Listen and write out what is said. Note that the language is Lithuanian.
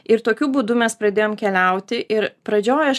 ir tokiu būdu mes pradėjom keliauti ir pradžioj aš